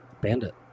Bandit